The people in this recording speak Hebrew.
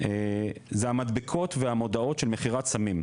זה המדבקות והמודעות של מכירת סמים.